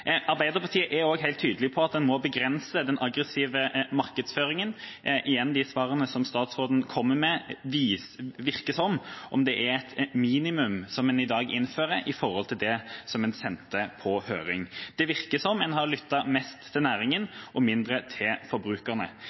Arbeiderpartiet er helt tydelig på at man må begrense den aggressive markedsføringen. Igjen virker de svarene statsråden kommer med, som om det er et minimum en i dag innfører, i forhold til det som en sendte på høring. Det virker som om en har lyttet mest til næringen og mindre til forbrukerne.